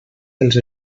dels